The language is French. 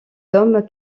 hommes